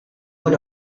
word